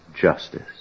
justice